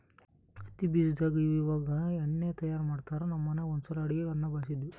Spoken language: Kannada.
ಹತ್ತಿ ಬೀಜದಾಗ ಇವಇವಾಗ ಎಣ್ಣೆಯನ್ನು ತಯಾರ ಮಾಡ್ತರಾ, ನಮ್ಮ ಮನೆಗ ಒಂದ್ಸಲ ಅಡುಗೆಗೆ ಅದನ್ನ ಬಳಸಿದ್ವಿ